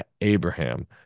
Abraham